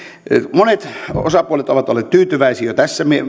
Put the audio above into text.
monet osapuolet ovat olleet tyytyväisiä jo tässä